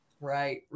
right